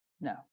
No